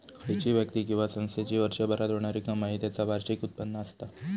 खयची व्यक्ती किंवा संस्थेची वर्षभरात होणारी कमाई त्याचा वार्षिक उत्पन्न असता